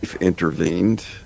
intervened